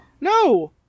No